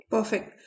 Perfect